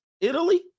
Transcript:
Italy